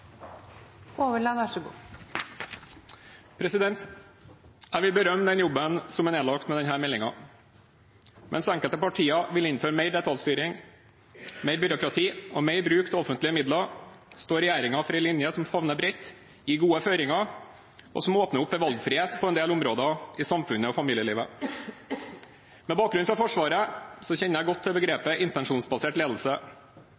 nedlagt med denne meldingen. Mens enkelte partier vil innføre mer detaljstyring, mer byråkrati og bruke mer offentlige midler, står regjeringen for en linje som favner bredt, gir gode føringer, og som åpner opp for valgfrihet på en del områder i samfunnet og familielivet. Med bakgrunn fra Forsvaret kjenner jeg godt til